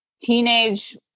teenage